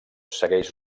segueix